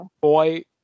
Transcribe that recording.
boy